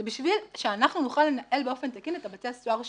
זה בשביל שאנחנו נוכל לנהל באופן תקין את בתי הסוהר שלנו.